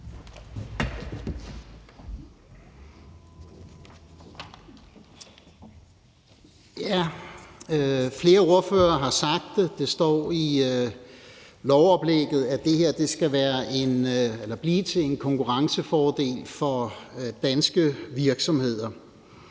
lovoplægget, at det her skal blive til en konkurrencefordel for danske virksomheder.